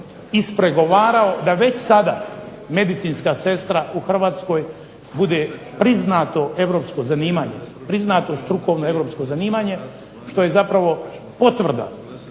ispregovarao da već sada medicinska sestra u Hrvatskoj bude priznato europsko zanimanje, priznato strukovno europsko zanimanje što je zapravo potvrda